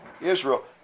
Israel